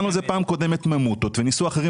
בפעם הקודמת קראנו לזה ממוטות ואחרים